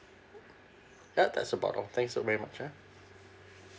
ya that's about all thanks very much ah